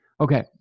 Okay